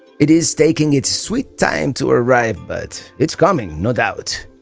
it is taking its sweet time to arrive but it's coming, no doubt.